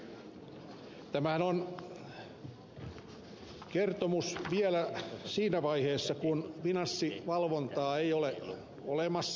tämähän on kertomus vielä sen vaiheen ajalta kun finanssivalvontaa ei ole ollut olemassa